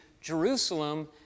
Jerusalem